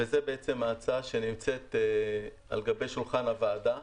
וזו ההצעה שנמצאת על שולחן הוועדה.